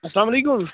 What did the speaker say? اسلام علیکُم